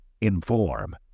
Inform